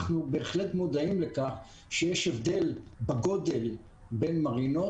אנחנו בהחלט מודעים לכך שיש הבדל בגדול בין מרינות,